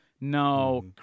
No